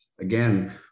Again